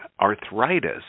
arthritis